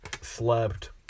Slept